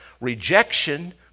rejection